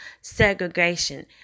segregation